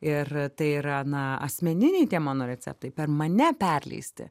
ir tai yra na asmeniniai tie mano receptai per mane perleisti